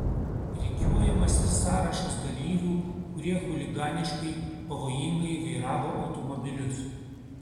rikiuojamas ir sąrašas dalyvių kurie chuliganiškai pavojingai vairavo automobilius